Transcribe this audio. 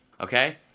okay